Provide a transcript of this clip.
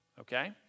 Okay